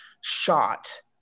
shot